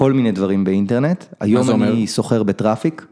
כל מיני דברים באינטרנט, היום אני סוחר בטראפיק.